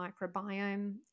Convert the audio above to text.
microbiome